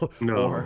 No